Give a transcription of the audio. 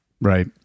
Right